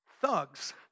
thugs